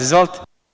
Izvolite.